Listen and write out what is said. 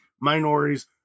minorities